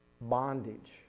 bondage